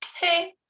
hey